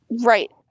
Right